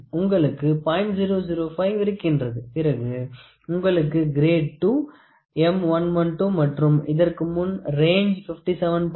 005 இருக்கின்றது பிறகு உங்களுக்கு கிரேடு II மற்றும் இதற்கு முன் ரேஞ்ச் 57